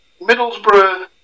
Middlesbrough